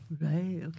Right